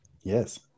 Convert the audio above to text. Yes